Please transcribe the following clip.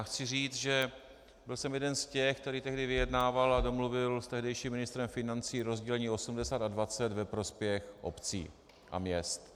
Chci říct, že jsem byl jeden z těch, který tehdy vyjednával a domluvil s tehdejším ministrem financí rozdělení 80 a 20 ve prospěch obcí a měst.